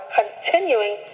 continuing